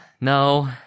no